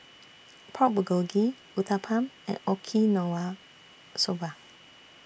Pork Bulgogi Uthapam and Okinawa Soba